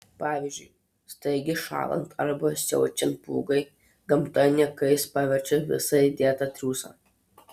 pavyzdžiui staigiai šąlant arba siaučiant pūgai gamta niekais paverčia visą įdėtą triūsą